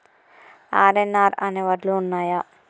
RNR అనే వడ్లు ఉన్నయా?